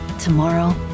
tomorrow